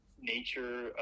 nature